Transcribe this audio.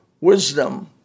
wisdom